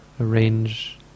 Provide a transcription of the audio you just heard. Arrange